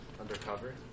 Undercover